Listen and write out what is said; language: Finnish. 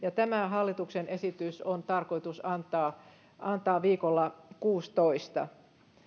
tämä hallituksen esitys on tarkoitus antaa antaa viikolla kuusitoista